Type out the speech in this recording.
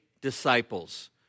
disciples